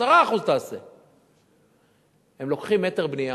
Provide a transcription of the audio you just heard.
תעשה 10%. הם לוקחים מטר בנייה